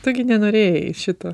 taigi nenorėjai šito